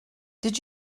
did